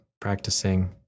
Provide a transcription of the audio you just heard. practicing